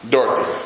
Dorothy